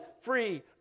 free